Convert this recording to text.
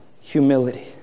humility